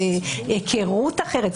זאת היכרות אחרת,